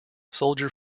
soldier